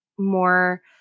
more